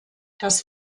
das